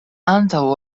antaŭ